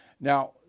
Now